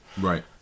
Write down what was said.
Right